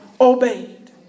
obeyed